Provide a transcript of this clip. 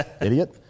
Idiot